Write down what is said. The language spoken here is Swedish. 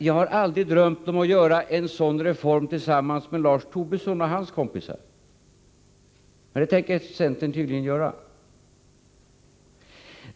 Jag har dock aldrig drömt om att genomföra en sådan reform tillsammans med Lars Tobisson och hans kompisar. Men det tänker centern tydligen göra.